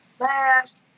last